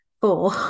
four